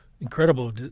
incredible